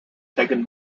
taken